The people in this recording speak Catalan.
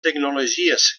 tecnologies